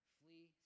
flee